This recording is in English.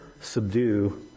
subdue